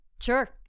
Sure